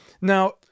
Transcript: now